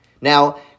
Now